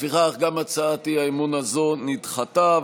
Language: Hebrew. לפיכך, גם הצעת האי-אמון הזו נדחתה.